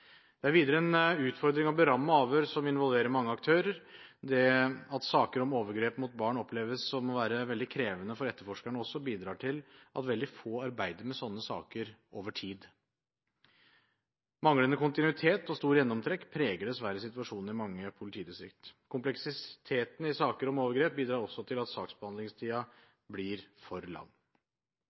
Det er videre en utfordring å beramme avhør som involverer mange aktører. Det at saker om overgrep mot barn oppleves som å være veldig krevende for etterforskerne, bidrar også til at veldig få arbeider med slike saker over tid. Manglende kontinuitet og stor gjennomtrekk preger dessverre situasjonen i mange politidistrikt. Kompleksiteten i saker om overgrep bidrar også til at saksbehandlingstiden blir for lang.